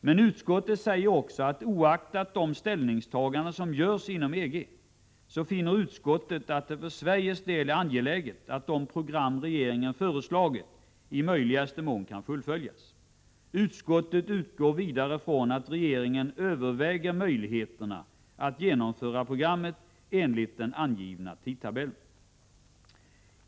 Men utskottet säger också, att oaktat de ställningstaganden som görs inom EG finner utskottet att det för Sveriges del är angeläget att de program regeringen föreslagit i möjligaste mån kan fullföljas. Utskottet utgår vidare från att regeringen överväger möjligheterna att genomföra programmet enligt den angivna tidtabellen.